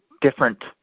different